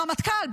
הרמטכ"ל,